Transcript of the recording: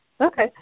Okay